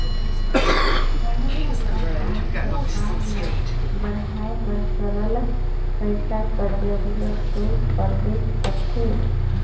कोनो भी कंपनी कर काम ल बढ़ाए बर सरलग पइसा कर जरूरत दो परबे करथे